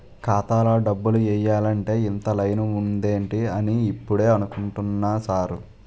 ఖాతాలో డబ్బులు ఎయ్యాలంటే ఇంత లైను ఉందేటి అని ఇప్పుడే అనుకుంటున్నా సారు